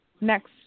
Next